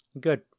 good